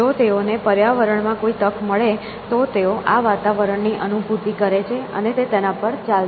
જો તેઓને પર્યાવરણમાં કોઈ તક મળે તો તેઓ આ વાતાવરણની અનુભૂતિ કરે છે અને તે તેના પર ચાલશે